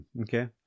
Okay